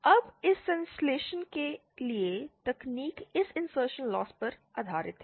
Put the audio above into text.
अब इस संश्लेषण के लिए तकनीक इस इंसर्शनल लॉस पर आधारित है